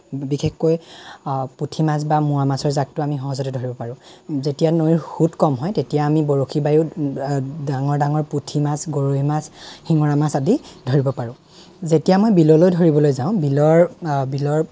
বিশেষকৈ পুথি মাছ বা মোৱা মাছৰ জাকটো আমি সহজতে ধৰিব পাৰোঁ যেতিয়া নৈৰ সুত কম হয় তেতিয়া আমি বৰশী বাইও ডাঙৰ ডাঙৰ পুথি মাছ গৰৈ মাছ শিঙৰা মাছ আদি ধৰিব পাৰোঁ যেতিয়া মই বিললৈ ধৰিব যাওঁ বিলৰ